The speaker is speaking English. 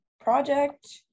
project